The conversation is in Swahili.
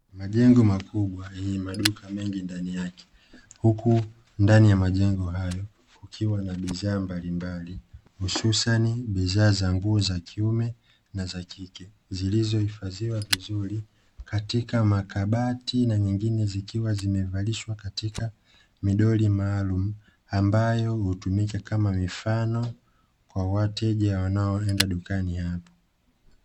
Majengo makubwa yenye maduka mengi ndani yake, huku ndani ya majengo hayo kukiwa na bidhaa mbalimbali hususani bidhaa za nguo za kiume na za kike, zilizohifadhiwa vizuri katika makabati na nyingine zikiwa zimevalishwa katika midoli maalumu, ambayo hutumika kama mifano kwa wateja wanaoenda dukani hapo.